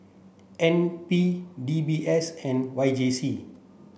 N P D B S and Y J C